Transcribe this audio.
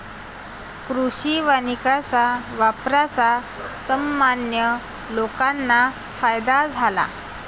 कृषी वानिकाच्या वापराचा सामान्य लोकांना फायदा झाला